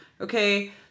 Okay